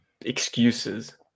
excuses